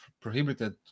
prohibited